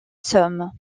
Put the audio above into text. somme